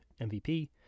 MVP